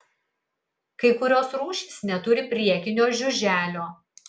kai kurios rūšys neturi priekinio žiuželio